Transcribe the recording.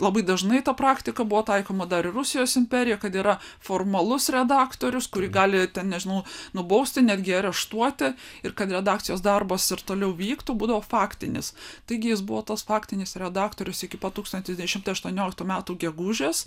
labai dažnai ta praktika buvo taikoma dar ir rusijos imperijoje kad yra formalus redaktorius kurį gali ten nežinau nubausti netgi areštuoti ir kad redakcijos darbas ir toliau vyktų būdavo faktinis taigi jis buvo tas faktinis redaktorius iki pat tūkstantis devyni šimtai aštuonioliktų metų gegužės